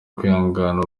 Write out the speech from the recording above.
kwihangana